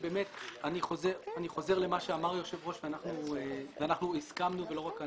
אני חוזר למה שאמר היושב ראש ואנחנו הסכמנו ולא רק אנחנו.